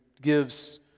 gives